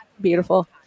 Beautiful